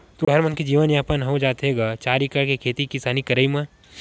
तुँहर मन के जीवन यापन हो जाथे गा चार एकड़ के खेती किसानी के करई म?